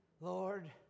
Lord